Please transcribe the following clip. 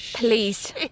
Please